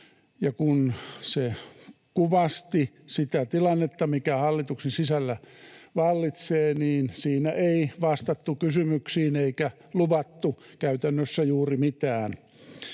kun se kuvasti sitä tilannetta, mikä hallituksen sisällä vallitsee, niin siinä ei vastattu kysymyksiin eikä luvattu käytännössä juuri mitään.